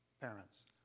parents